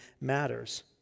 matters